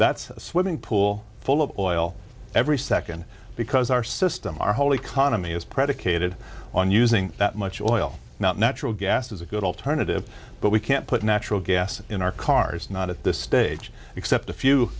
that's a swimming pool full of oil every second because our system our whole economy is predicated on using that much oil natural gas is a good alternative but we can't put natural gas in our cars not at this stage except a few